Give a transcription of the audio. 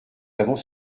avons